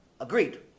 agreed